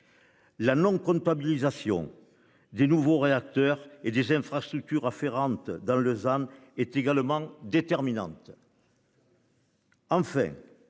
La non-comptabilisation. Des nouveaux réacteurs et des infrastructures afférentes dans le Sam est également déterminante. En